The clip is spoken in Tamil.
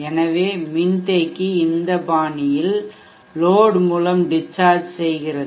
எனவே மின்தேக்கி இந்த பாணியில் லோட் மூலம் டிஸ்சார்ஜ் செய்கிறது